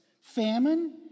famine